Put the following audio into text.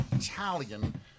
Italian